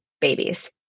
babies